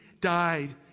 died